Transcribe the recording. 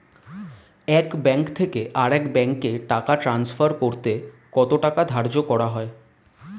এক ব্যাংক থেকে আরেক ব্যাংকে টাকা টান্সফার করতে কত টাকা ধার্য করা হয়?